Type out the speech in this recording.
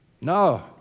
No